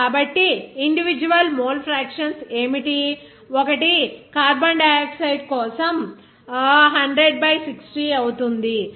కాబట్టి individual mole fractions ఏమిటి ఒకటి కార్బన్ డయాక్సైడ్ కోసం అది 100 బై 60 అవుతుంది అంటే 0